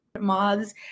moths